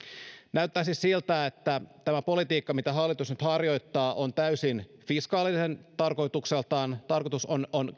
näyttää siis siltä että tämä politiikka mitä hallitus nyt harjoittaa on täysin fiskaalinen tarkoitukseltaan tarkoitus on on